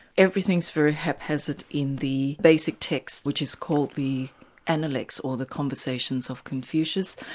everything is very haphazard in the basic text, which is called the analects, or the conversations of confucius.